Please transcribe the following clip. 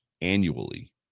annually